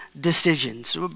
decisions